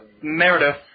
Meredith